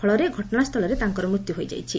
ଫଳରେ ଘଟଶାସ୍କଳରେ ତାଙ୍କର ମୃତ୍ୟୁ ହୋଇଯାଇଛି